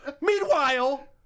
Meanwhile